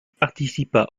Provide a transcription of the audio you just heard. participa